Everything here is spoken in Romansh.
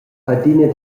adina